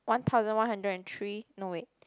one thousand one hundred and three no wait